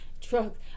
Drugs